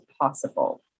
possible